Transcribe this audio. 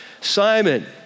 Simon